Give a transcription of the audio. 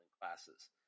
classes